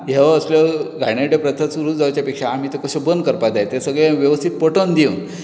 ह्यो असल्यो घाणेरड्यो प्रथा सुरू जावच्या पेक्षा आमी त्यो कशो बंद करपाक जाय तें सगळें वेवस्थीत पटोवन दिवन त्या प्रमाणान